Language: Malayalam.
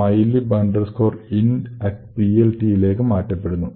mylib intPLT യിലേക് മാറ്റപ്പെടുന്നു